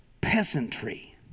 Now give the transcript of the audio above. peasantry